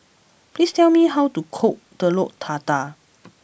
please tell me how to cook Telur Dadah